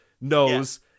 knows